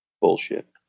bullshit